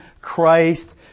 Christ